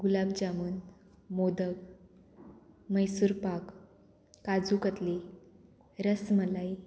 गुलाब jamun modak Mysore pak kaju katli rasmalai